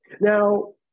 Now